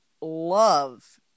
love